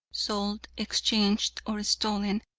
sold, exchanged, or stolen,